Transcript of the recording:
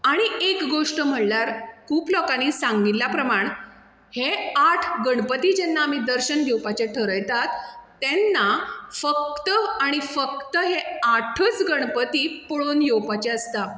आनी एक गोश्ट म्हळ्ळ्यार खूब लोकांनी सांगिल्ल्या प्रमाण हे आठ गणपती जेन्ना आमी दर्शन घेवपाचें ठरयतात तेन्ना फक्त आनी फक्त हे आठच गणपती पळोवन येवपाचे आसता